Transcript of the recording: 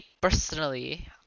personally